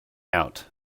out